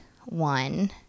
one